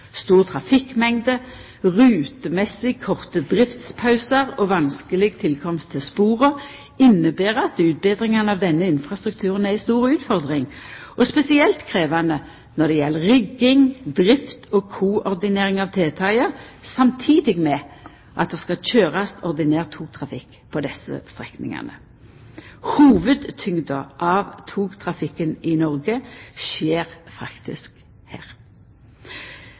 Stor trafikkmengd, rutemessig korte driftspausar og vanskeleg tilkomst til spora inneber at utbetringane av denne infrastrukturen er ei stor utfordring, og spesielt krevjande når det gjeld rigging, drift og koordinering av tiltaka samtidig med at det skal køyrast ordinær togtrafikk på desse strekningane. Hovudtyngda av togtrafikken i Noreg skjer faktisk her.